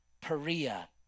Perea